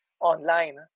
online